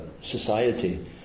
society